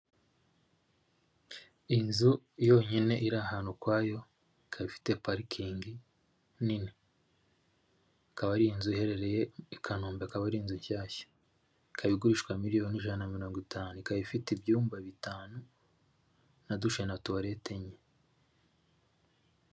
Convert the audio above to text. Inzu yonyine iri ahantu ukwayo ikaba ifite parikingi nini, ikaba ari inzu iherereye i kanombe akaba ari inzu nshyashya ikaba igurishwa miliyoni ijana na mirongo itanu ikaba ifite ibyumba bitanu na dushe na tuwarete enye.